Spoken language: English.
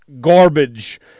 garbage